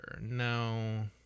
No